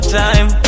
time